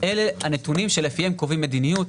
אלה הנתונים שלפיהם קובעים מדיניות,